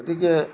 গতিকে